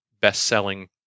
best-selling